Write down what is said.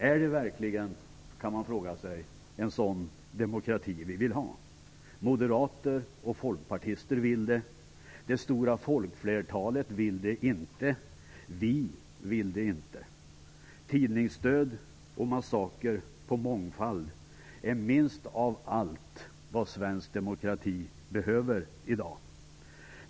Man kan fråga sig om det verkligen är en sådan demokrati vi vill ha. Moderater och folkpartister vill det. Det stora folkflertalet vill det inte. Vi vill det inte. Tidningsdöd och massaker på mångfald är minst av allt vad svensk demokrati behöver i dag.